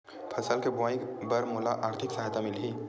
फसल के बोआई बर का मोला आर्थिक सहायता मिलही?